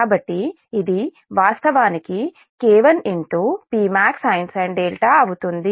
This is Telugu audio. కాబట్టి ఇది వాస్తవానికి K1 Pmaxsin అవుతుంది